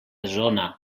zona